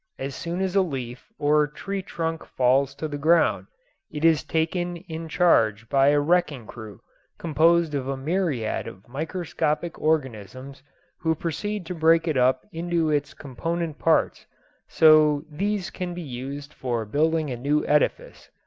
as soon as a leaf or tree trunk falls to the ground it is taken in charge by a wrecking crew composed of a myriad of microscopic organisms who proceed to break it up into its component parts so these can be used for building a new edifice.